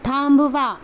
थांबवा